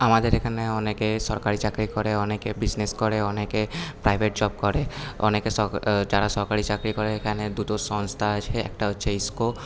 আমাদের এখানে অনেকে সরকারি চাকরি করে অনেকে বিজনেস করে অনেকে প্রাইভেট জব করে অনেকে যারা সরকারি চাকরি করে এখানে দুটো সংস্থা আছে একটা হচ্ছে ইসকো